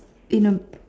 in a